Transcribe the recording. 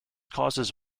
causes